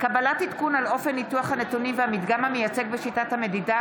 קבלת עדכון על אופן ניתוח הנתונים והמדגם המייצג בשיטת המדידה.